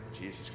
Jesus